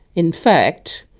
in fact,